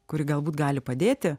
kuri galbūt gali padėti